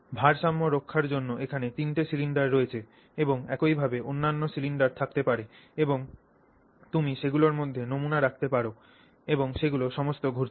ভারসাম্য রক্ষার জন্য এখানে তিনটি সিলিন্ডার রয়েছে এবং একইভাবে অন্যান্য সিলিন্ডার থাকতে পারে এবং তুমি সেগুলির মধ্যে নমুনা রাখতে পার এবং সেগুলি সমস্ত ঘুরছে